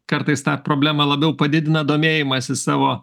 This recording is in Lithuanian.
kartais tą problemą labiau padidina domėjimasis savo